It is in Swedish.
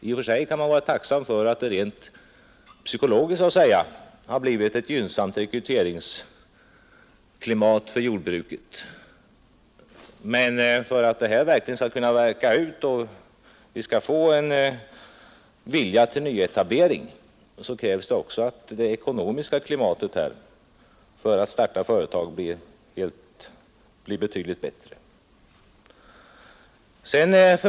I och för sig kan man vara tacksam för att det rent psykologiskt har blivit ett gynnsamt rekryteringsklimat för jordbruket, men för att det skall kunna verka så att vi får en vilja till nyetablering av företag krävs det också att det ekonomiska klimatet blir betydligt bättre.